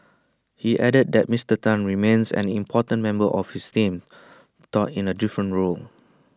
he added that Mister Tan remains an important member of his team though in A different role